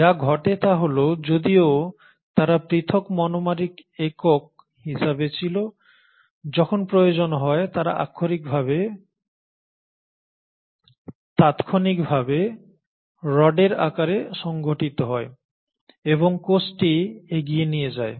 যা ঘটে তা হল যদিও তারা পৃথক মনোমারিক একক হিসাবে ছিল যখন প্রয়োজন হয় তারা তাত্ক্ষণিকভাবে রডের আকারে সংগঠিত হয় এবং কোষটি এগিয়ে নিয়ে যায়